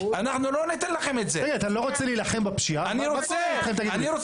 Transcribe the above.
אנחנו לא ניתן לכם את זה! תגיד לי,